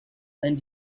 and